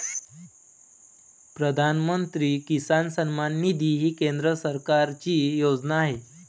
प्रधानमंत्री किसान सन्मान निधी ही केंद्र सरकारची योजना आहे